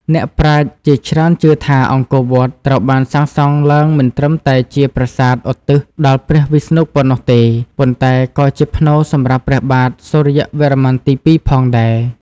អ្នកប្រាជ្ញជាច្រើនជឿថា អង្គរវត្ត ត្រូវបានសាងសង់ឡើងមិនត្រឹមតែជាប្រាសាទឧទ្ទិសដល់ព្រះវិស្ណុប៉ុណ្ណោះទេ ប៉ុន្តែក៏ជាផ្នូរសម្រាប់ព្រះបាទសូរ្យវរ្ម័នទី២ផងដែរ។